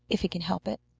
if he can help it.